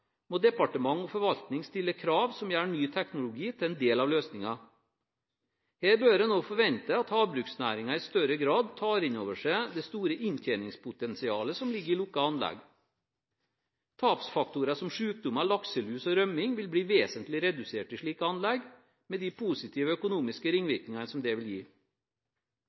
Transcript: må departement og forvaltning stille krav som gjør ny teknologi til en del av løsningen. Her bør en også forvente at havbruksnæringen i større grad tar inn over seg det store inntjeningspotensialet som ligger i lukkede anlegg. Tapsfaktorer som sykdommer, lakselus og rømning vil bli vesentlig redusert i slike anlegg, med de positive økonomiske ringvirkningene som det vil gi.